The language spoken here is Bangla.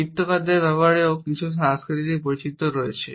চিত্রকরদের ব্যবহারেও কিছু সাংস্কৃতিক বৈচিত্র রয়েছে